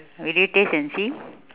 will you taste and see